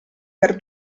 per